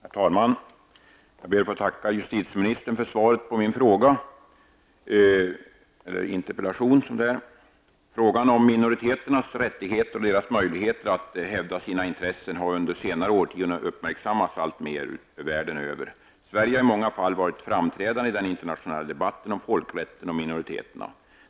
Herr talman! Jag ber att få tacka justitieministern för svaret på min interpellation. Frågan om minoriteternas rättigheter och deras möjligheter att hävda sina intressen har under senare årtionden uppmärksammats alltmer världen över. Sverige har i många fall varit framträdande i den internationella debatten om folkrätten och minoriteterna.